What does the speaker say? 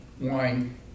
wine